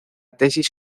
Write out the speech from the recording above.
tesis